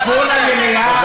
סיפור למליאה.